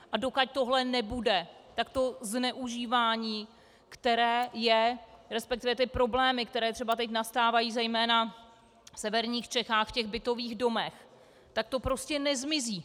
A dokud tohle nebude, tak zneužívání, které je, resp. problémy, které třeba teď nastávají zejména v severních Čechách v bytových domech, tak to prostě nezmizí!